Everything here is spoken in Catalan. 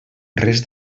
res